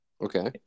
Okay